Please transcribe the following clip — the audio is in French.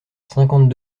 cinquante